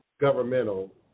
governmental